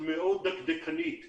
ודרך דקדקנית מאוד.